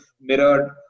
mirrored